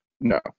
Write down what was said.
No